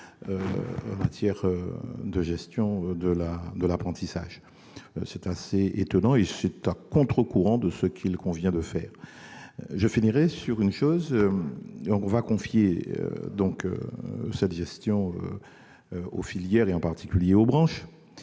en matière de gestion de l'apprentissage. C'est assez étonnant et à contre-courant de ce qu'il convient de faire. J'ajoute que l'on va confier cette gestion aux filières, en particulier aux branches.